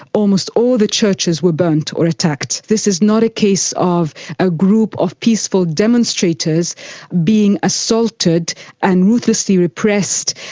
almost all the churches were burnt or attacked. this is not a case of a group of peaceful demonstrators being assaulted and ruthlessly repressed,